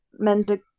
mendic